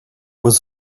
was